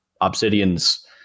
Obsidian's